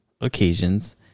occasions